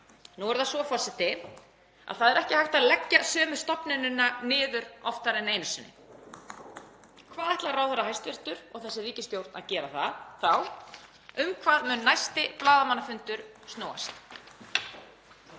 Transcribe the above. Nú er það svo að það er ekki hægt að leggja sömu stofnunina niður oftar en einu sinni. Hvað ætlar hæstv. ráðherra og þessi ríkisstjórn að gera þá? Um hvað mun næsti blaðamannafundur snúast?